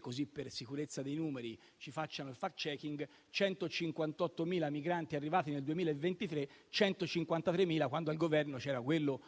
così per sicurezza nel caso facciano il *fact-checking*, 158.000 migranti arrivati nel 2023, 153.000 quando al Governo c'era quel